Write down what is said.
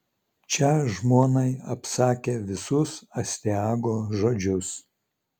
čia žmonai apsakė visus astiago žodžius